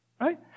right